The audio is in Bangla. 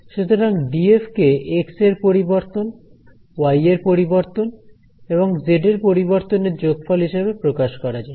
সুতরাং ডিএফ কে এক্স এর পরিবর্তন ওয়াই এর পরিবর্তন এবং জেড এর পরিবর্তনের যোগফল হিসেবে প্রকাশ করা যায়